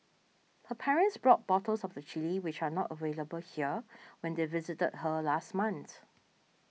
her parents brought bottles of the chilli which are not available here when they visited her last month